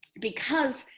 because.